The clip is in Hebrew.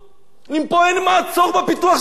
אם פה אין מעצור בפיתוח של הבניין?